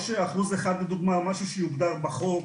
או שאחוז אחד לדוגמא, משהו שיוגדר בחוק.